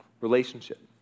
relationship